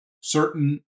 certain